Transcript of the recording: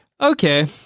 Okay